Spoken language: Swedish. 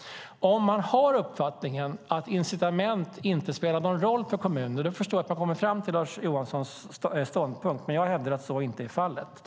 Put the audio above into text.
Om man har uppfattningen att incitament inte spelar någon roll för kommuner förstår jag att man kommer fram till Lars Johanssons ståndpunkt. Men jag hävdar att så inte är fallet.